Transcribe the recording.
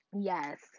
yes